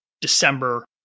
December